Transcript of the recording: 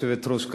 היושבת-ראש,